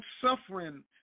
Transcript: suffering